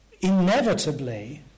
inevitably